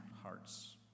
hearts